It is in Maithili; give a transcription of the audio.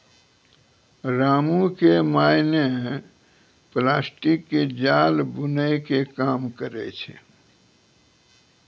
रामू के माय नॅ प्लास्टिक के जाल बूनै के काम करै छै